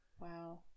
Wow